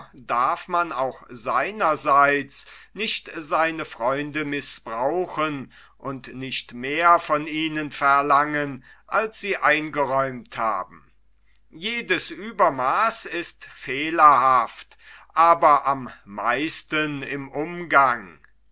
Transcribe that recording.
darf man auch seinerseits nicht seine freunde mißbrauchen und nicht mehr von ihnen verlangen als sie eingeräumt haben jedes uebermaaß ist fehlerhaft aber am meisten im umgang